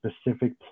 specific